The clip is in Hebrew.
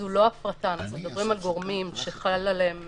זו לא הפרטה, אנחנו מדברים על גורמים שחל עליהם